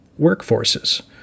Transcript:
workforces